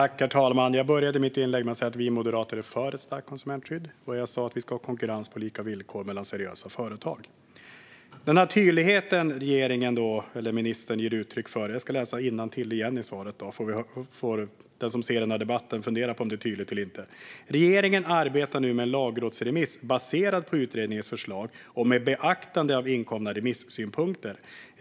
Herr talman! Jag började mitt första inlägg med att säga att vi moderater är för ett stärkt konsumentskydd. Jag sa att vi ska ha konkurrens på lika villkor mellan seriösa företag. Ministern ger uttryck för regeringens tydlighet. Jag ska igen läsa innantill i svaret. Sedan får den som ser den här debatten fundera på om det är tydligt eller inte. Där står: "Regeringen arbetar nu med en lagrådsremiss baserad på utredningens förslag och med beaktande av inkomna remissynpunkter.